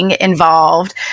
involved